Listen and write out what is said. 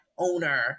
Owner